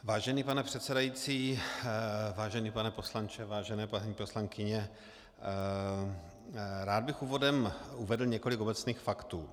Vážený pane předsedající, vážený pane poslanče, vážené paní poslankyně, rád bych úvodem uvedl několik obecných faktů.